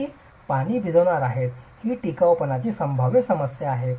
भिंती पाणी भिजवणार आहेत ही टिकाऊपणाची संभाव्य समस्या आहे